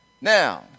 Now